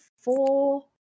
four